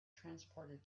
transported